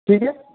ठीक है